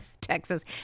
texas